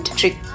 trick